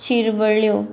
शिरवळ्यो